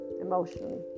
Emotionally